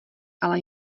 ale